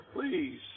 Please